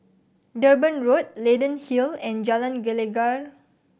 Durban Road Leyden Hill and Jalan Gelegar